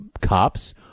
cops